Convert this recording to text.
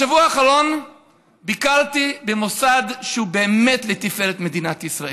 בשבוע האחרון ביקרתי במוסד שהוא באמת לתפארת מדינת ישראל,